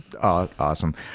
awesome